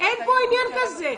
אין פה עניין הזה.